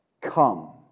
come